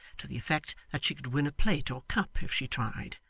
to the effect that she could win a plate or cup if she tried.